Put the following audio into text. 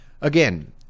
Again